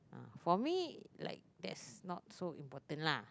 for me like that is not so important lah